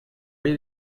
área